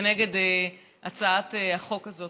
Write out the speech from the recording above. כנגד הצעת החוק הזאת.